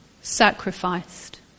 sacrificed